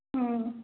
হ্যাঁ